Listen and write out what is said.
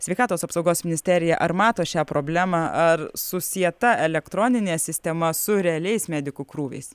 sveikatos apsaugos ministerija ar mato šią problemą ar susieta elektroninė sistema su realiais medikų krūviais